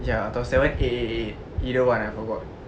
ya atau seven eight eight eight either one I forgot